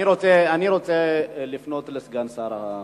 אני רוצה לפנות אל סגן שר החוץ.